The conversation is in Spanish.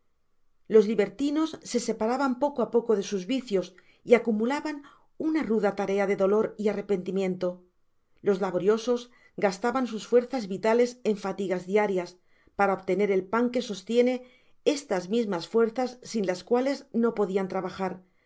los libertinos se separaban poco á poco de sus vicios y acumulaban una ruda tarea de dolor y arrepentimiento los laboriosos gastaban sus fuerzas vitales en fatigas diarias para obtener el pan que sostiene estas misma fuerzas sin las cuales no podian trabajar